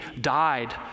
died